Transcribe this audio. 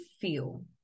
feel